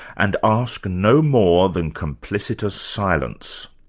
and ask no more than complicitious silence.